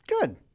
Good